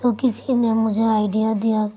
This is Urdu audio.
تو کسی نے مجھے آئیڈیا دیا